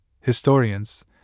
historians